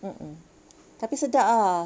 mm mm tapi sedap ah